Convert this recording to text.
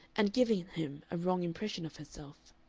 and given him a wrong impression of herself.